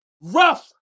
rough